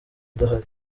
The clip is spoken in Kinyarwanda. adahari